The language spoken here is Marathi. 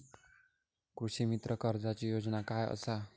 कृषीमित्र कर्जाची योजना काय असा?